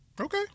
Okay